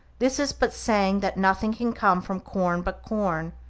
this is but saying that nothing can come from corn but corn,